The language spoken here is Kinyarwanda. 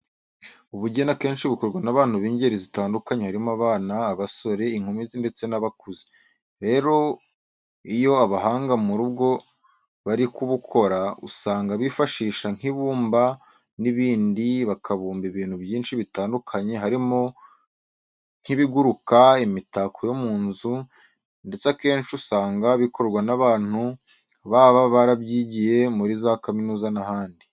Ubugeni akenshi bukorwa n'abantu b'ingeri zitandukanye harimo abana, abasore, inkumi ndetse n'abakuze. Rero iyo abahanga muri bwo bari kubukora, usanga bifashisha nk'ibumba n'ibindi bakabumba ibintu byinshi bitandukanye harimo nk'ibiguruka, imitako yo mu nzu ndetse akenshi usanga bikorwa n'abantu baba barabyigiye muri za kaminuza n'ahandi.